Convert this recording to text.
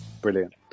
brilliant